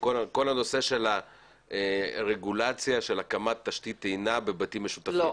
כל הנושא של הרגולציה של הקמת תשתית טעינה בבתים משותפים.